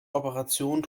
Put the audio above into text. operationen